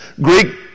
Greek